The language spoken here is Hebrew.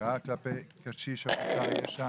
עבירה כלפי קשיש או חסר ישע,